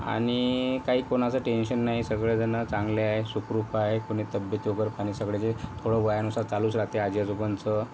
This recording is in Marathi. आणि काही कोणाचं टेंशन नाही सगळेजणं चांगले आहे सुखरूप आहे कोणी तब्येत वगैरे पण सगळ्याचे थोडं वयानुसार चालूच राहते आजी आजोबांचं